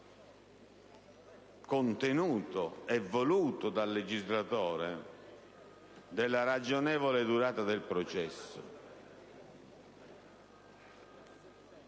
principio, voluto dal legislatore, della ragionevole durata del processo.